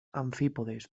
amfípodes